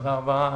תודה רבה.